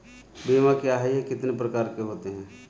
बीमा क्या है यह कितने प्रकार के होते हैं?